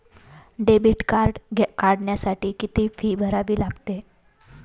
Debit card काढण्यासाठी किती fee भरावी लागते?